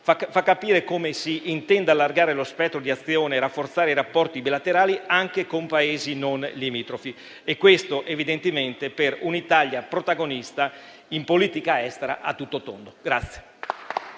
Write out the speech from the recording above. fa capire come si intenda allargare lo spettro di azione e rafforzare i rapporti bilaterali anche con Paesi non limitrofi e questo evidentemente per un'Italia protagonista in politica estera a tutto tondo.